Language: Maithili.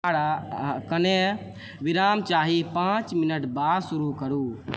हमरा कने विराम चाहि पांँच मिनट बाद शुरू करू